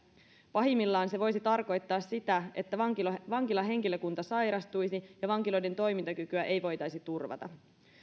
pahimmillaan se voisi tarkoittaa sitä että vankilahenkilökunta sairastuisi ja vankiloiden toimintakykyä ei voitaisi turvata